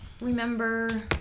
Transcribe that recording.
remember